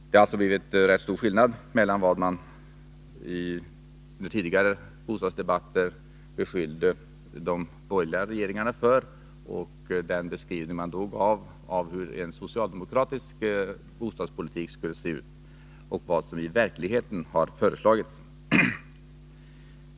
Det har alltså blivit stor skillnad mellan den beskrivning som tidigare gjordes av hur en socialdemokratisk bostadspolitik skulle se ut och vad som i verkligheten har föreslagits.